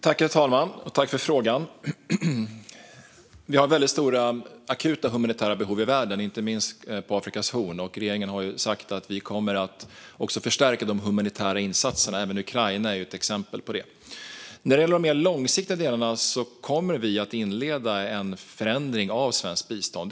Herr talman! Jag tackar för frågan. Vi har stora och akuta humanitära behov i världen, inte minst på Afrikas horn, och regeringen har sagt att vi kommer att förstärka de humanitära insatserna. Även Ukraina är ett exempel på det. När det gäller de mer långsiktiga delarna kommer vi att inleda en förändring av svenskt bistånd.